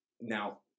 Now